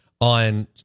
on –